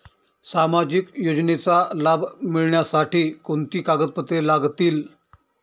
सामाजिक योजनेचा लाभ मिळण्यासाठी कोणती कागदपत्रे लागतील?